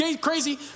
crazy